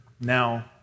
now